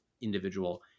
individual